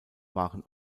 waren